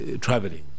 traveling